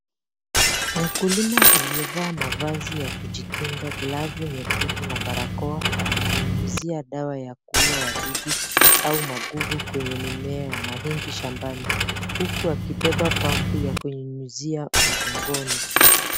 Mkulima aliyevaa mavazi ya kujikinga glavu nyekundu na barakoa ananyunyizia dawa ya kuuwa wadudu au magungu kwenye mimea ya mahindi shambani. Huku akibeba pampu ya kunyunyizia mgongoni.